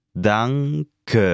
danke